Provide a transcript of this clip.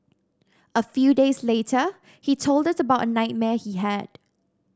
a few days later he told us about a nightmare he had